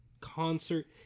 concert